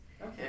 Okay